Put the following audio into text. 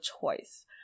choice